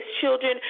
children